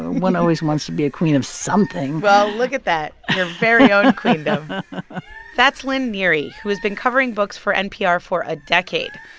one always wants to be a queen of something well, look at that. your very own queendom that's lynn neary, who has been covering books for npr for a decade,